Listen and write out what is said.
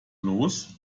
los